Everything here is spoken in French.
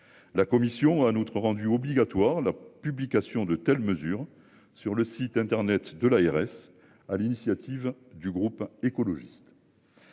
La commission a en outre rendu obligatoire la publication de telles mesures sur le site internet de l'ARS à l'initiative du groupe écologiste.